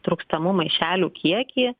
trūkstamų maišelių kiekį